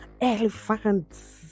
elephants